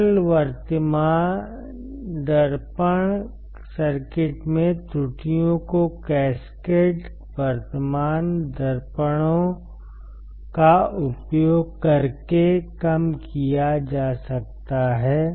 सरल वर्तमान दर्पण सर्किट में त्रुटियों को कैस्केड वर्तमान दर्पणों का उपयोग करके कम किया जा सकता है